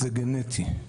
זה גנטי.